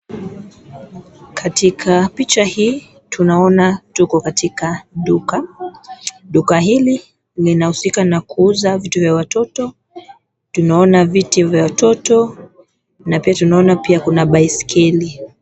Katika picha hii tunaona tuko katika duka. Duka hili linahusika na kuuza vitu za watoto. Tunaona viti vya watoto na pia tunaona pia kuna baiskeli.